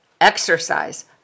exercise